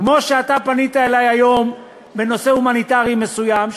כמו שאתה פנית אלי היום בנושא הומניטרי מסוים,